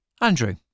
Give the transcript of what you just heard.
Andrew